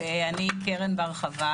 שלום רב,